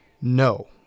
No